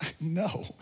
no